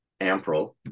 Ampro